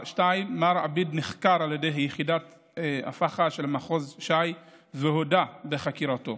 מר עביד נחקר על ידי יחידת הפח"ע של מחוז ש"י והודה בחקירתו.